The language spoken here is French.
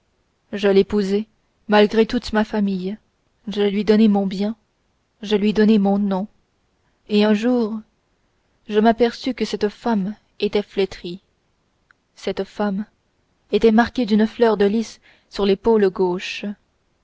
je l'épousai malgré toute ma famille je lui donnai mon bien je lui donnai mon nom et un jour je m'aperçus que cette femme était flétrie cette femme était marquée d'une fleur de lis sur l'épaule gauche